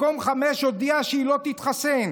מקום חמישי, הודיעה שהיא לא תתחסן.